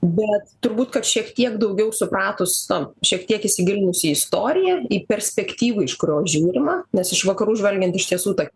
bet turbūt kad šiek tiek daugiau supratus na šiek tiek įsigilinus į istoriją į perspektyvą iš kurios žiūrima nes iš vakarų žvelgiant iš tiesų tai